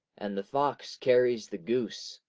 and the fox carries the goose.